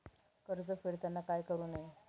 कर्ज फेडताना काय करु नये?